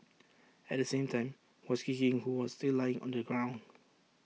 at the same time was kicking who was still lying on the ground